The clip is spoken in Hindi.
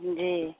जी